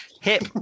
hip